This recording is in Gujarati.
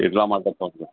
એટલા માટે કહું છું